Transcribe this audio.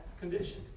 condition